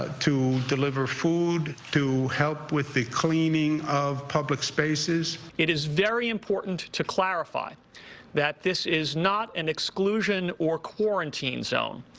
ah to deliver food, to help with the cleaning of public spaces. it is very important to clarify that this is not an exclusion or quarantine zone.